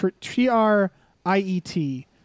T-R-I-E-T